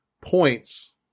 points